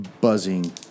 buzzing